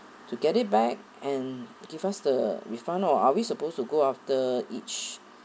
to get it back and give us the refund or are we supposed to go after each